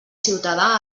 ciutadà